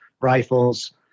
rifles